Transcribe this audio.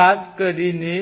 ખાસ કરીને